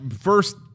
First